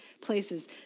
places